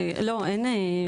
לא, אין.